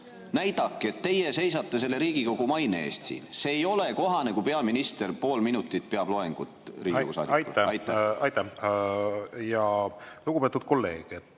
Näidake, et teie seisate siin Riigikogu maine eest. See ei ole kohane, kui peaminister pool minutit peab loengut Riigikogu saadikutele. Aitäh! Jaa, lugupeetud kolleeg, me